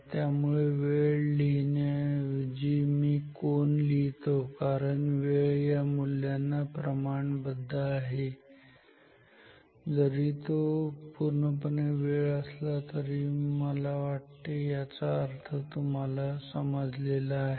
त्यामुळे वेळ लिहिण्याऐवजी मी कोन लिहितो कारण वेळ या मूल्यांना प्रमाणबद्ध आहे जरी तो पूर्णपणे वेळ असला तर तरी मला वाटते याचा अर्थ तुम्हाला समजलेला आहे